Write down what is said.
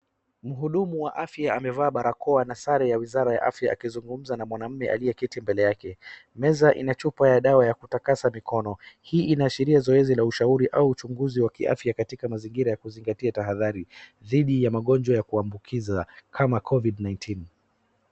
Mhudumu wa afya amevaa barakoa na sare ya wizara ya afaya akizungumza na mwanamume aliyeketi mbele yake. Meza ina chupa ya dawa ya kutakasa mikono. Hii inashiria zoezi la ushauri au uchunguzi wa kiafya katika mazingira ya kuzingatia tahadhari dhidi ya magonjwa ya kuambukiza kama Covid nineteen .